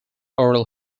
oral